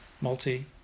multi